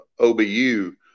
OBU